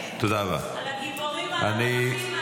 רק עליהם לדבר, על הגיבורים המלאכים האלה.